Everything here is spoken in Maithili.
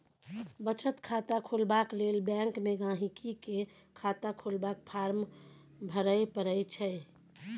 बचत खाता खोलबाक लेल बैंक मे गांहिकी केँ खाता खोलबाक फार्म भरय परय छै